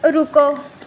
ਰੁਕੋ